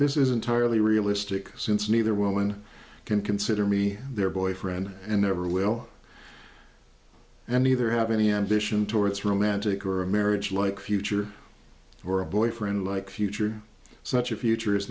this is entirely realistic since neither woman can consider me their boyfriend and never will and neither have any ambition towards romantic or a marriage like future or a boyfriend like future such a future is